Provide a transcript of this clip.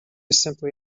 simply